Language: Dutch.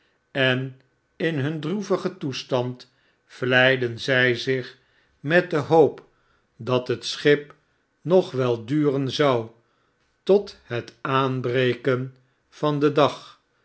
en in hun droevigen toestand vleiden zy zicli met de hoop dat het schip nog wel duren zou tot het aanbreken van den dag